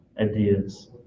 ideas